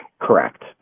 Correct